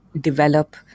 develop